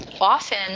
often